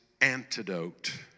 antidote